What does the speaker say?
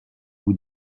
vous